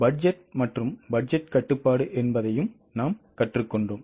budget மற்றும் budget கட்டுப்பாடு என்பதையும் நாம் கற்றுக்கொண்டோம்